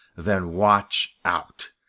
then watch out!